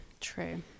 True